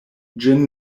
ĝin